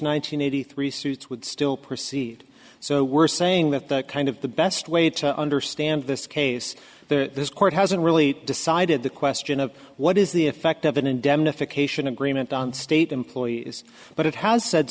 hundred eighty three suits would still proceed so we're saying that that kind of the best way to understand this case there's court hasn't really decided the question of what is the effect of an indemnification agreement on state employees but it has said